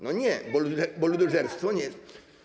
No nie, bo ludożerstwo nie jest.